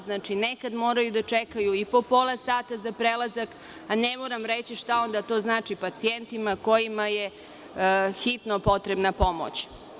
Znači, nekad moraju da čekaju i po pola sata za prelazak, pa ne moram reći šta onda to znači pacijentima kojima je hitno potrebna pomoć.